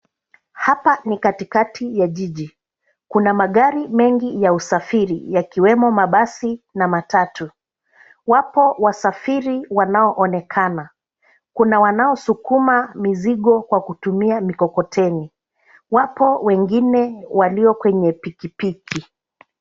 Hapa ni katikati ya jiji. Kuna magari mengi ya usafiri yakiwemo mabasi na matatu. Wapo wasafiri wanaoonekana. Kuna wanaosukuma mizigo kwa kutumia mikokoteni. Wapo wengine walio kwenye pikipiki.